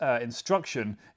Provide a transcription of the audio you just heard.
instruction